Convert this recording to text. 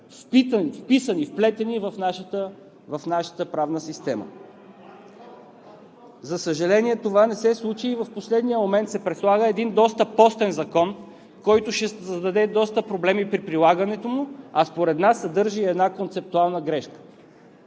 вписани, вплетени в нашата правна система. За съжаление, това не се случи и в последния момент се предлага един доста постен закон, който ще създаде доста проблеми при прилагането му, а според нас съдържа и една концептуална грешка.